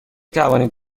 توانید